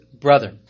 brother